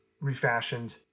refashioned